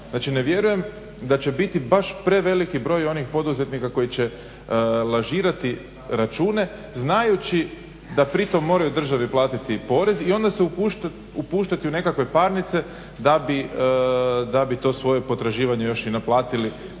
ne vjerujem da će biti baš preveliki broj onih poduzetnika koji će lažirati račune znajući da pritom moraju državi platiti porez i onda se upuštati u nekakve parnice da bi to svoje potraživanje još i naplatili,